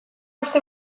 uste